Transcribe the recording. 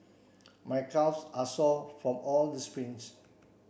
my calves are sore from all the sprints